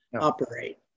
operate